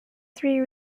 three